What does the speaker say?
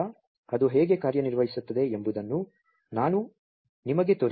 ಆದ್ದರಿಂದ ಅದು ಹೇಗೆ ಕಾರ್ಯನಿರ್ವಹಿಸುತ್ತದೆ ಎಂಬುದನ್ನು ನಾನು ನಿಮಗೆ ತೋರಿಸುತ್ತೇನೆ